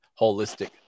holistic